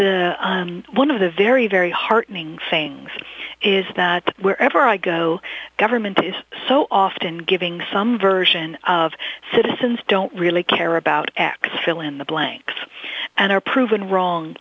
the one of the very very heartening fame's is that wherever i go government is so often giving some version of citizens don't really care about access fill in the blanks and are proven wrong